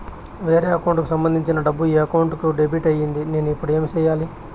వేరే అకౌంట్ కు సంబంధించిన డబ్బు ఈ అకౌంట్ కు డెబిట్ అయింది నేను ఇప్పుడు ఏమి సేయాలి